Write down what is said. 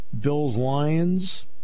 Bills-Lions